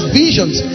visions